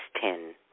ten